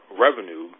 revenue